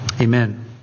Amen